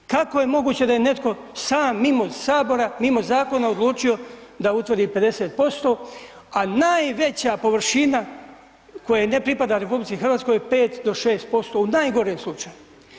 Kako je moguće da je netko sam mimo Sabora, mimo zakona odlučio da utvrdi 50% a najveća površina koja ne pripada RH je 5 do 6% u najgorem slučaju.